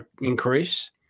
increase